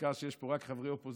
בעיקר כשיש פה רק חברי אופוזיציה,